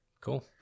Cool